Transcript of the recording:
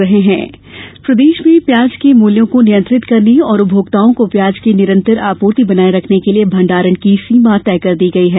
प्याज मूल्य प्रदेश में प्याज के मूल्यों को नियंत्रित करने और उपभोक्ताओं को प्याज की निरन्तर आपूर्ति बनाए रखने के लिए भंडारण की सीमा तय कर दी गई है